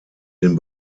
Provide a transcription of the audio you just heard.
den